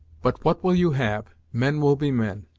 but what will you have? men will be men,